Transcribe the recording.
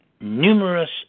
numerous